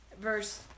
verse